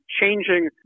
changing